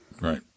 right